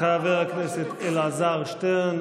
תודה, חבר הכנסת רביבו.